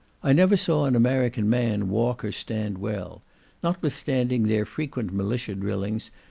i never saw an american man walk or stand well notwithstanding their frequent militia drillings,